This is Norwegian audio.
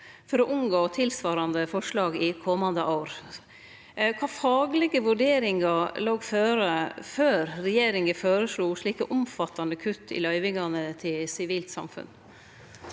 for å unngå tilsvarande forslag i komande år. Kva faglege vurderingar låg føre før regjeringa føreslo slike omfattande kutt i løyvingane til Sivilt samfunn?